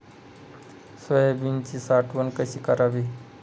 सोयाबीनची साठवण कशी करावी?